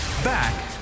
Back